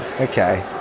Okay